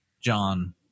John